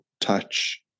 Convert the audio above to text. touch